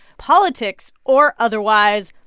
politics or otherwise.